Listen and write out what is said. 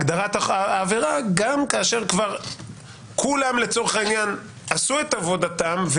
שבהגדרת העבירה גם כאשר כבר כולם לצורך העניין עשו את עבודתם,